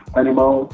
animal